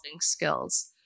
skills